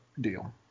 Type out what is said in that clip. deal